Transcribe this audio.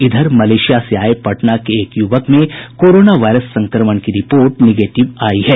इधर मलेशिया से आये पटना के एक यूवक में कोरोना वायरस संक्रमण की रिपोर्ट निगेटिव आयी है